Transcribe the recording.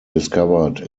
discovered